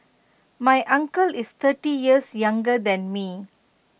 my uncle is thirty years younger than me